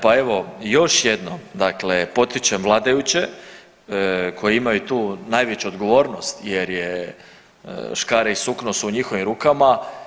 Pa evo još jednom, dakle potičem vladajuće koji imaju tu najveću odgovornost jer je škare i sukno su u njihovim rukama.